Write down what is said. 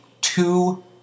two